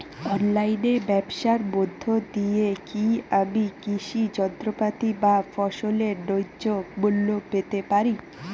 অনলাইনে ব্যাবসার মধ্য দিয়ে কী আমি কৃষি যন্ত্রপাতি বা ফসলের ন্যায্য মূল্য পেতে পারি?